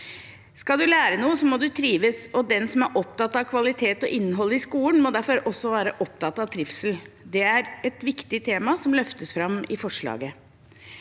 Skal man lære noe, må man trives, og den som er opptatt av kvalitet og innhold i skolen, må derfor også være opptatt av trivsel. Det er et viktig tema som løftes fram i forslaget.